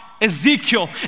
Ezekiel